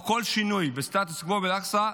או כל שינוי בסטטוס קוו באל-אקצא,